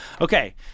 Okay